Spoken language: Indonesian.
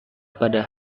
pada